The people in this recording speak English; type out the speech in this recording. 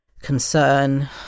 concern